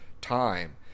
time